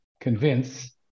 convince